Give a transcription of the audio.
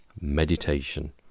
meditation